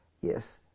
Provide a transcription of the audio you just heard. Yes